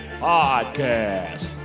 podcast